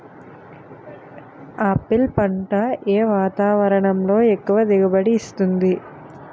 Apple పంట ఏ వాతావరణంలో ఎక్కువ దిగుబడి ఇస్తుంది?